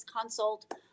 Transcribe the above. consult